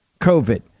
COVID